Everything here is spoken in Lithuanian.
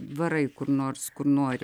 varai kur nors kur nori